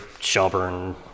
Shelburne